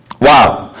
wow